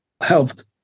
helped